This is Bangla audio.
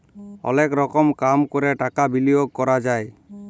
অলেক রকম কাম ক্যরে টাকা বিলিয়গ ক্যরা যায়